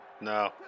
No